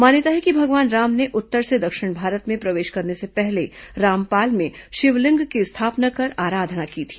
मान्यता है कि भगवान राम ने उत्तर से दक्षिण भारत में प्रवेश करने से पहले रामपाल में शिवलिंग की स्थापना कर आराधना की थी